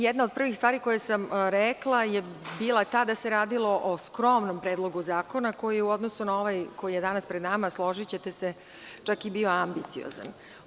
Jedna od prvih stvari koje sam rekla je bila ta da se radilo o skromnom Predlogu zakona, koji je u odnosu na ovaj, koji je danas pred nama, složićete se čak i bio ambiciozan.